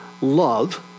love